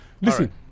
Listen